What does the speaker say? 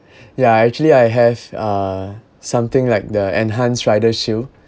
yeah actually I have uh something like the enhanced rider shield